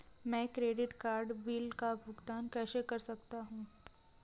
मैं credit card bill का भुगतान कैसे कर सकता हूं?